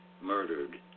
Murdered